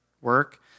work